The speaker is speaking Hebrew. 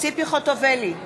ציפי חוטובלי,